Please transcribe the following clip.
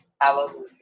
Hallelujah